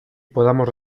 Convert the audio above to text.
podamos